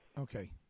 Okay